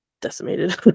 decimated